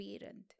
parent